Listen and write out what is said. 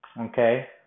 okay